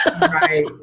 Right